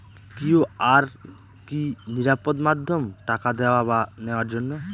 QR কি নিরাপদ মাধ্যম টাকা দেওয়া বা নেওয়ার জন্য?